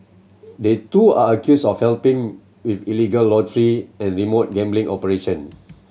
they too are accused of helping with illegal lottery and remote gambling operation